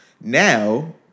Now